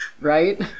right